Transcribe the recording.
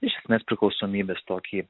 iš esmės priklausomybės tokį